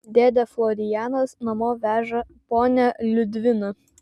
dėdė florianas namo veža ponią liudviną